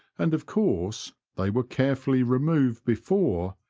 and, of course, they were carefully removed before,